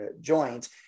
joint